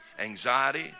anxiety